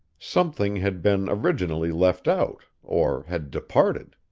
something had been originally left out, or had departed.